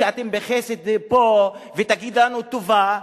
שאתם בחסד פה ותגידו לנו תודה,